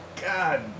God